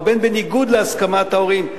ואם בניגוד להסכמת ההורים,